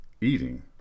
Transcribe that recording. eating